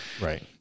right